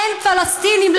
אין פלסטינים,